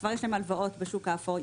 כבר יש לו הלוואות בשוק האפור,